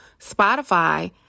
Spotify